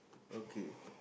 okay